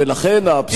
ולכן האבסורד הוא,